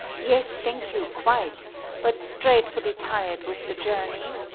yes, thank you, quite but dreadfully tired with the journey.